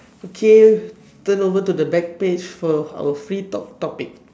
okay turn over to the back page for our free talk topic